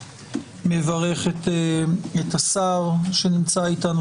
מברך את שר המשפטים שנמצא אתנו,